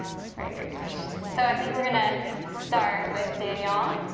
very good question. so i think we're gonna start with daniel,